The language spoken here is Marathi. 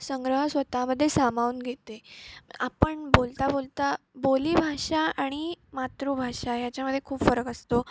संग्रह स्वतःमध्ये सामावून घेते आपण बोलता बोलता बोलीभाषा आणि मातृभाषा याच्यामध्ये खूप फरक असतो